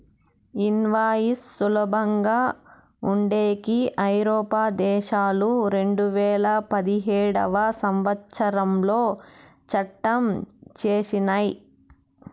invoice సులభంగా ఉండేకి ఐరోపా దేశాలు రెండువేల పదిహేడవ సంవచ్చరంలో చట్టం చేసినయ్